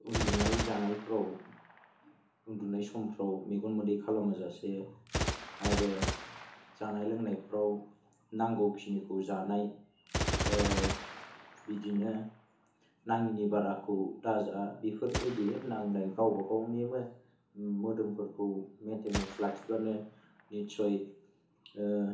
उन्दुनाय जानायफोराव उन्दुनाय समफोराव मेगन मोदै खालामाजासे आरो जानाय लोंनायफोराव नांगौखिनिखौ जानाय बिदिनो नाङिनि बाराखौ दा जा बेफोर बायदियै नांनाय गावबा गावनि बे मोदोमफोरखौ मेइन्टेनेन्स लाखिब्लानो निस्सय